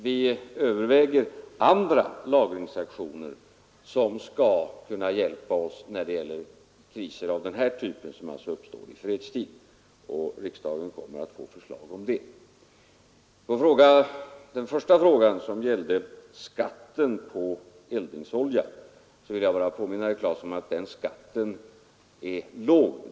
Vi överväger andra lagringsaktioner som skall kunna hjälpa oss när det gäller kriser av den här typen, som alltså uppstår i fredstid, och riksdagen kommer att få förslag om den saken. Med anledning av den första frågan, som gällde skatten på eldningsolja, vill jag bara påminna herr Claeson om att den skatten är låg.